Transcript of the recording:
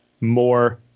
more